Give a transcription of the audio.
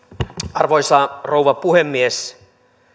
arvoisa rouva puhemies